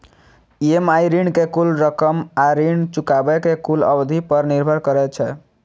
EMI ऋण के कुल रकम आ ऋण चुकाबै के कुल अवधि पर निर्भर करै छै